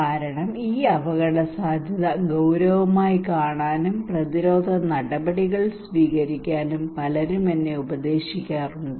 കാരണം ഈ അപകടസാധ്യത ഗൌരവമായി കാണാനും പ്രതിരോധ നടപടികൾ സ്വീകരിക്കാനും പലരും എന്നെ ഉപദേശിക്കുന്നുണ്ട്